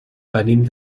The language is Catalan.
venim